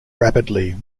rapidly